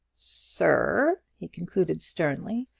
sir, he concluded sternly,